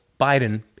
biden